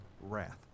wrath